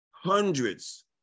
hundreds